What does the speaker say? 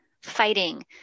fighting